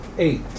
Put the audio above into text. Eight